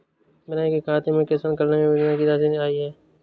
विनय के खाते में किसान कल्याण योजना की राशि नहीं आई है